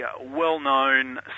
well-known